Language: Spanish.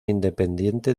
independiente